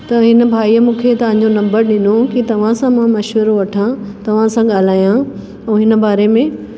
त हिन भाईअ मूंखे तव्हांजो नंम्बर ॾिनो की तव्हांसां मां मशिवरो वठां तव्हांसां ॻाल्हायां ऐं हिन बारे में